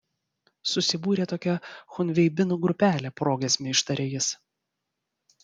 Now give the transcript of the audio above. susibūrė tokia chunveibinų grupelė progiesmiu ištarė jis